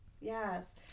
Yes